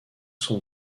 sont